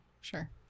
sure